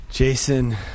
Jason